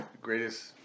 greatest